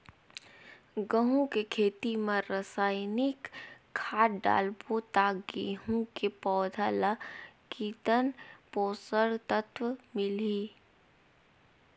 गंहू के खेती मां रसायनिक खाद डालबो ता गंहू के पौधा ला कितन पोषक तत्व मिलही?